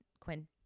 Quinn